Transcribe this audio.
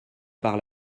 par